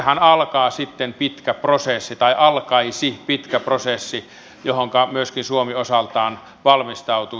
siitähän alkaa tai alkaisi sitten pitkä prosessi johonka myöskin suomi osaltaan valmistautuu